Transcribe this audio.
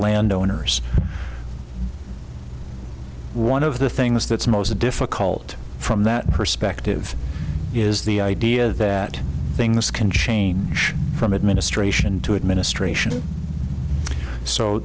land owners one of the thing yes that's most difficult from that perspective is the idea that things can change from administration to administration so